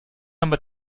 number